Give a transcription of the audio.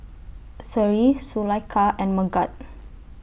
Seri Zulaikha and Megat